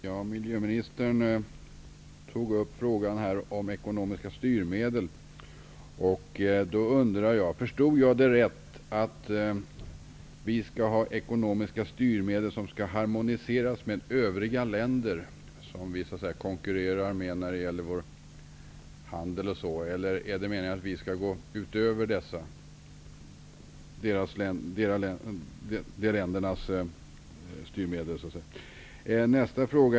Herr talman! Miljöministern tog upp frågan om ekonomiska styrmedel. Förstod jag det rätt, att vi skall ha ekonomiska styrmedel som skall harmoniseras med övriga länder som vi konkurrerar med, eller är det meningen att vi skall gå utöver de styrmedel dessa länder har?